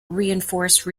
reinforce